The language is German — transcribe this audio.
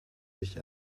sich